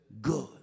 good